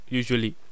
usually